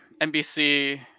NBC